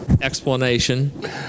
explanation